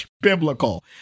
biblical